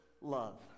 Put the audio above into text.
love